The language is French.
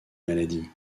maladie